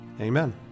amen